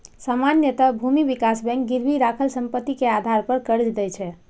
सामान्यतः भूमि विकास बैंक गिरवी राखल संपत्ति के आधार पर कर्ज दै छै